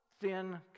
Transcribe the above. thin